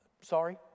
Sorry